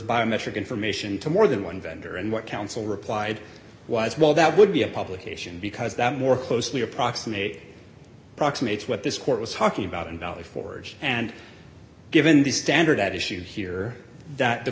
biometric information to more than one vendor and what counsel replied was well that would be a publication because that more closely approximate approximates what this court was talking about in valley forge and given the standard at issue here that the